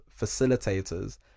facilitators